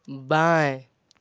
बाएँ